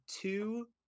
two